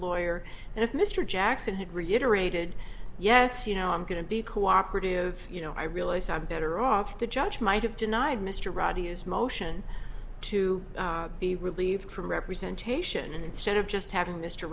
lawyer and if mr jackson had reiterated yes you know i'm going to be cooperative you know i realize i'm better off the judge might have denied mr roddy is motion to be relieved for representation and instead of just having mr